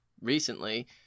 recently